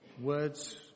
words